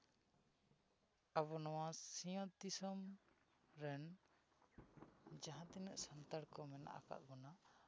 ᱟᱵᱚ ᱱᱚᱣᱟ ᱥᱤᱧᱚᱛ ᱫᱤᱥᱚᱢ ᱨᱮᱱ ᱡᱟᱦᱟᱸ ᱛᱤᱱᱟᱹᱜ ᱥᱟᱱᱛᱟᱲ ᱠᱚ ᱢᱮᱱᱟᱜ ᱟᱠᱟᱜ ᱵᱚᱱᱟ